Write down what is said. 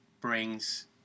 brings